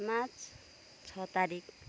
March छ तारिक